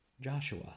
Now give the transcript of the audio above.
Joshua